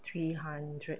three hundred